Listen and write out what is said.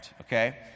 okay